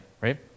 right